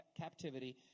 captivity